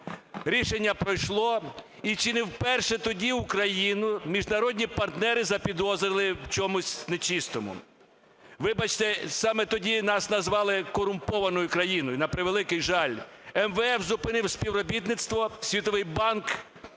Рішення пройшло, і чи не вперше тоді Україну міжнародні партнери запідозрили в чомусь нечистому. Вибачте, саме тоді нас назвали корумпованою країною, на превеликий жаль. МВФ зупинив співробітництво, Світовий банк